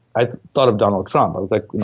i thought of donald trump. i was like,